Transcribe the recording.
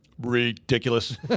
Ridiculous